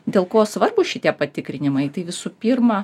dėl ko svarbūs šitie patikrinimai tai visų pirma